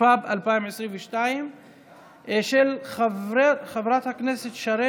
ושלישית בוועדת החינוך,